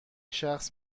شخص